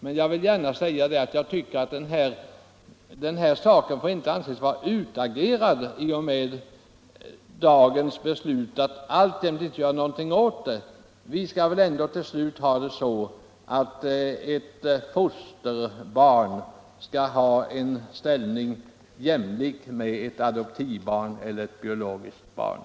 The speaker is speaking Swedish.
Men jag vill gärna säga att jag tycker att den här saken inte får anses vara utagerad i och med dagens beslut att alltjämt inte göra någonting åt den. Det skall väl ändå till slut vara så att ett fosterbarn skall ha en ställning som gör det jämlikt med ett adoptivbarn eller ett biologiskt barn.